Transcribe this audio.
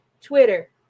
Twitter